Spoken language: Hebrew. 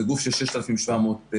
זה גוף של 6,700 איש.